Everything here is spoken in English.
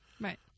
right